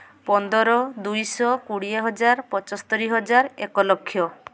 ପନ୍ଦର ଦୁଇଶହ କୋଡ଼ିଏ ହଜାର ପଞ୍ଚସ୍ତରୀ ହଜାର ଏକ ଲକ୍ଷ